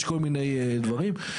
יש כל מיני דברים.